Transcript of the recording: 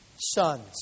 sons